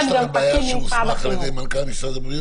יש לכם בעיה שיהיה כתוב "שהוסמך על ידי מנכ"ל הבריאות"?